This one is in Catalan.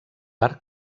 d’arc